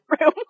room